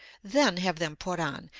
then have them put on,